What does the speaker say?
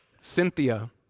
cynthia